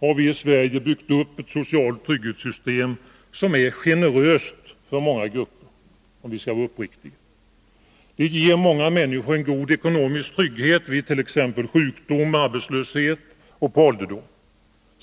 har vi i Sverige byggt upp ett socialt trygghetssystem som — om vi skall vara uppriktiga — är mycket generöst för många grupper. Det ger många människor en god ekonomisk trygghet vid t.ex. sjukdom, arbetslöshet och på ålderdomen.